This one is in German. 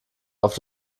auf